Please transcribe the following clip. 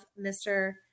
mr